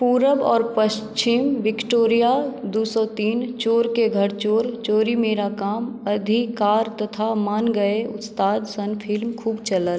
पूरब आओर पश्चिम विक्टोरिया दू सए तीन चोर के घर चोर चोरी मेरा काम अधिकार तथा मान गए उस्ताद सन फिल्म खूब चलल